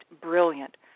brilliant